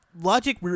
logic